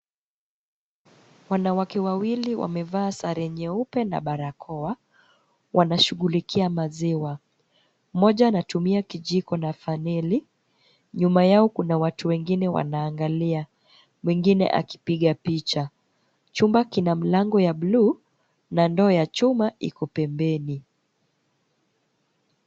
Wanawake wawili wamevaa sare nyeupe na barakoa. Wanashughulikia maziwa. Mmoja anatumia kijiko na faneli. Nyuma yao kuna watu wengine wanaangalia, mwingine akipiga picha. Chumba kina mlango ya bluu na ndoo ya chuma iko pembeni.